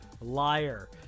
Liar